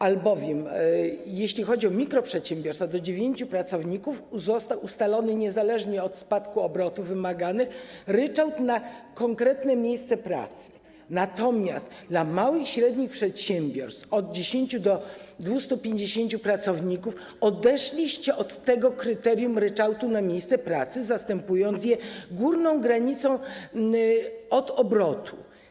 Albowiem jeśli chodzi o mikroprzedsiębiorstwa do dziewięciu pracowników, został ustalony, niezależnie od spadku obrotów wymagalnych, ryczałt na konkretne miejsce pracy, natomiast dla małych i średnich przedsiębiorstw mających od 10 do 250 pracowników odeszliście od kryterium ryczałtu na miejsce pracy, zastępując je górną granicą od obrotu.